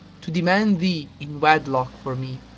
to demand thee in wedlock for me,